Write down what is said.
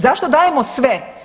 Zašto dajemo sve?